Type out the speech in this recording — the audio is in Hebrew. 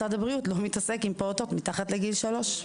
משרד הבריאות לא מתעסק עם פעוטות מתחת לגיל שלוש.